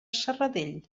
serradell